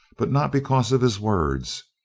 but not because of his words.